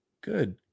good